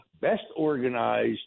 best-organized